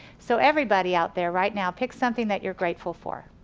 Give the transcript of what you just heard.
so everybody out there right now. pick something that you're grateful for.